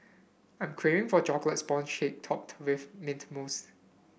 I am craving for a chocolate sponge shake topped with mint mousse